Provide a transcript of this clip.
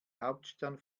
hauptstadt